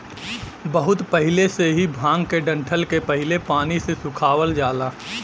बहुत पहिले से ही भांग के डंठल के पहले पानी से सुखवावल जाला